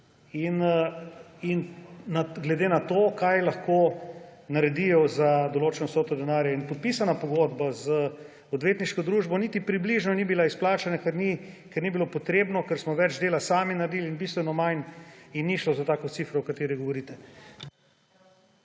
In glede na to, kaj lahko naredijo za določeno vsoto denarja. Podpisana pogodba z odvetniško družbo niti približno ni bila izplačana, ker ni bilo potrebno, ker smo več dela sami naredili in bistveno manj. In ni šlo za tako cifro, o kateri govorite.